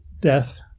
death